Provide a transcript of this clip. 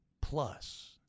plus